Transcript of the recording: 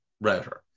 router